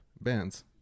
Bands